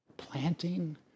Planting